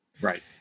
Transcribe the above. right